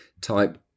type